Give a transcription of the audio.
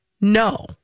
No